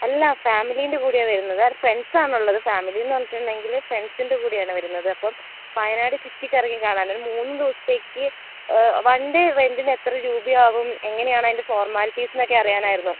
അല്ല ഫാമിലീൻ്റെ കൂടെയാണ് വരുന്നത് അല്ല ഫ്രണ്ട്സ് ആണുള്ളത് ഫാമിലി എന്ന് പറഞ്ഞിട്ടുണ്ടെങ്കിൽ ഫ്രണ്ട്സിൻ്റെ കൂടെയാണ് വരുന്നത് അപ്പോൾ വയനാട് ചുറ്റിക്കറങ്ങി കാണാൻ ഒരു മൂന്നു ദിവസത്തേക്ക് വൺ ഡേ റെന്റ് എത്ര രൂപയാകും എങ്ങനെയാണ് അതിൻ്റെ ഫോർമാലിറ്റീസ് എന്നൊക്കെ അറിയാനായിരുന്നു